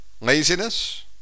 laziness